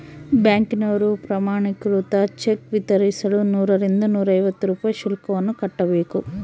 ಬ್ಯಾಂಕಿನವರು ಪ್ರಮಾಣೀಕೃತ ಚೆಕ್ ವಿತರಿಸಲು ನೂರರಿಂದ ನೂರೈವತ್ತು ರೂಪಾಯಿ ಶುಲ್ಕವನ್ನು ಕಟ್ಟಬೇಕು